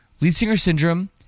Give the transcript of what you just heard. leadsingersyndrome